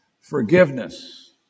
forgiveness